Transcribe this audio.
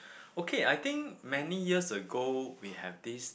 okay I think many years ago we have this